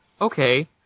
okay